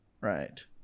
Right